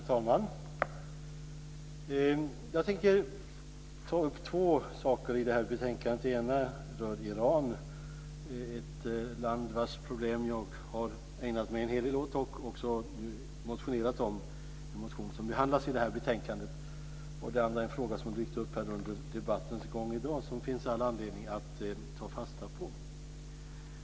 Herr talman! Jag tänker ta upp två saker i detta betänkande. Det ena rör Iran - ett land vars problem jag har ägnat mig en hel del åt och också motionerat om. Det är en motion som behandlas i detta betänkande. Det andra är en fråga som har dykt upp under debattens gång i dag som det finns all anledning att ta fasta på.